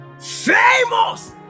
Famous